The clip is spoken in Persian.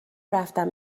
رفتم